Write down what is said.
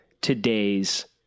today's